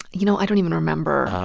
you know, i don't even remember.